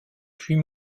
puis